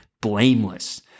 blameless